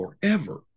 forever